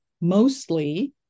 mostly